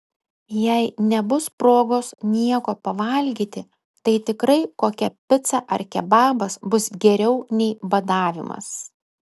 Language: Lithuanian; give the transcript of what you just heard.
jei nebus progos nieko pavalgyti tai tikrai kokia pica ar kebabas bus geriau nei badavimas